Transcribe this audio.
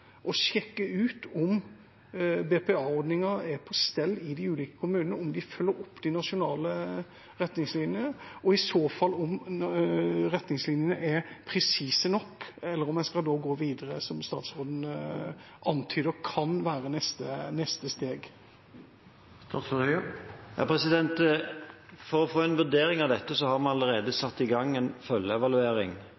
og sjekke ut om BPA-ordningen er på stell i de ulike kommunene, om de følger opp de nasjonale retningslinjene, og i så fall om retningslinjene er presise nok, eller om man skal gå videre, som statsråden antyder kan være neste steg. For å få en vurdering av dette har vi allerede